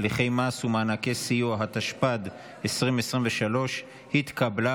(הליכי מס ומענקי סיוע), התשפ"ד 2023, נתקבל.